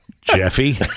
Jeffy